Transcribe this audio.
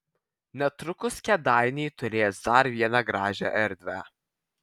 netrukus kėdainiai turės dar vieną gražią erdvę